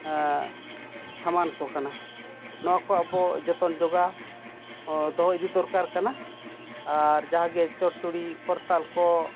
ᱥᱟᱢᱟᱱ ᱠᱚ ᱠᱟᱱᱟ ᱱᱚᱣᱟ ᱠᱚ ᱟᱵᱚ ᱡᱚᱛᱚᱱ ᱡᱚᱜᱟᱣ ᱫᱚᱦᱚ ᱤᱫᱤ ᱫᱚᱨᱠᱟᱨ ᱠᱟᱱᱟ ᱟᱨ ᱡᱟᱦᱟᱸᱜᱮ ᱪᱚᱲᱪᱩᱲᱤ ᱠᱚᱨᱛᱟᱞ ᱠᱚ